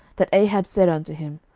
that ahab said unto him,